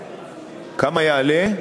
כמה יעלה הייעוץ?